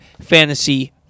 Fantasy